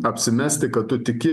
apsimesti kad tu tiki